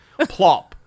plop